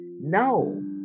No